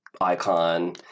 icon